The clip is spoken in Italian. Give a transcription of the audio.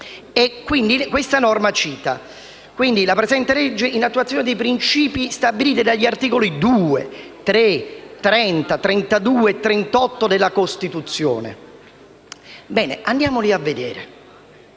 Questa norma recita: «La presente legge, in attuazione dei principi stabiliti dagli articoli 2, 3, 30, 32 e 38 della Costituzione». Bene, andiamoli a vedere.